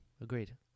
Agreed